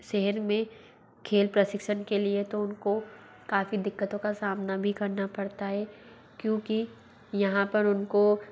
शहर में खेल प्रशिक्षण के लिए तो उनको काफ़ी दिक्कतों का सामना भी करना पड़ता है क्योंकि यहाँ पर उनको